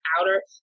outer